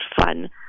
fun